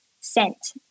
scent